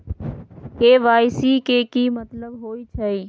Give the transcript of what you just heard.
KYC के कि मतलब होइछइ?